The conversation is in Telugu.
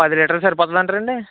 పది లీటర్లు సరిపోతుందంటారా అండి